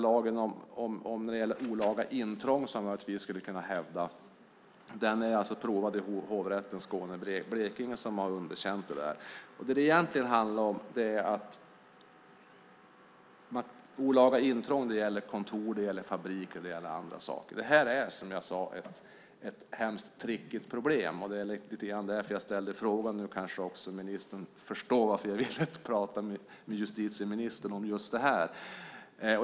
Lagen som gäller olaga intrång, som man möjligtvis skulle kunna hävda, är prövad i Hovrätten över Skåne och Blekinge som har underkänt det. Olaga intrång gäller kontor, fabriker och andra saker. Det här är, som jag sade, ett hemskt trickigt problem. Det är lite grann därför jag ställde frågan. Nu kanske också ministern förstår varför jag ville prata med justitieministern om just det här.